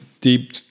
deep